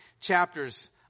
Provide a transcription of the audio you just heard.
chapters